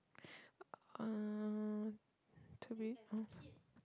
uh to be oh